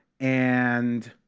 and